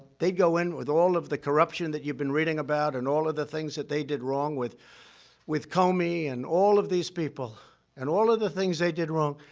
they'd go in with all of the corruption that you've been reading about, and all of the things that they did wrong with with comey, and all of these people and all of the things they did wrong.